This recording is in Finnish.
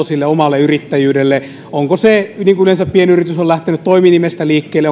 sille omalle yrittäjyydelle onko se toiminimi niin kuin yleensä pienyritys on lähtenyt toiminimestä liikkeelle